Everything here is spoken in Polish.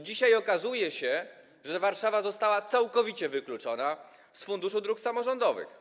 Dzisiaj okazuje się, że Warszawa została całkowicie wykluczona z Funduszu Dróg Samorządowych.